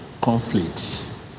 conflict